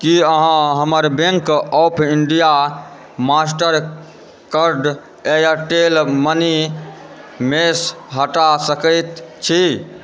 की अहाँ हमर bank of India Mastercard Airtel Money मेसँ हटा सकैत छी